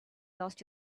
lost